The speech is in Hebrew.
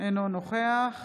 אינו נוכח